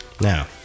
Now